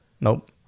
nope